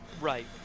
right